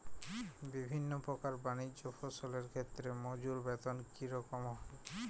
বিভিন্ন প্রকার বানিজ্য ফসলের ক্ষেত্রে মজুর বেতন কী রকম হয়?